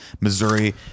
Missouri